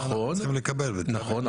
אנחנו צריכים לקבל --- נכון.